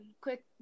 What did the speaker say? Quick